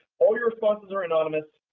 all your responses are anonymous,